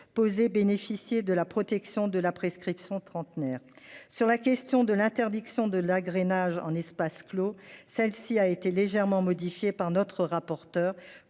Bénéficier de la protection de la prescription trentenaire sur la question de l'interdiction de l'agrainage en espace clos. Celle-ci a été légèrement modifié par notre rapporteur